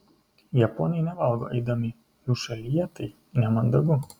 japonai nevalgo eidami jų šalyje tai nemandagu